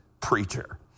preacher